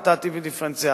נתתי דיפרנציאלי,